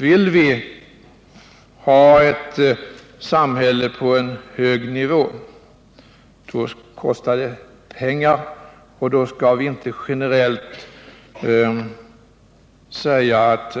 Vill vi ha ett samhälle på en hög nivå, kostar det pengar, och därför skall vi inte generellt säga att